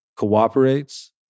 Cooperates